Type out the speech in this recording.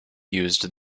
used